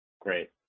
Great